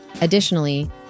Additionally